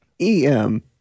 E-M